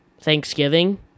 Thanksgiving